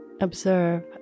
Observe